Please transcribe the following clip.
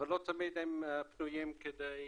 ולא תמיד הם פנויים כדי